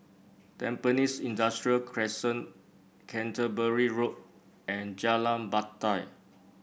Tampines Industrial Crescent Canterbury Road and Jalan Batai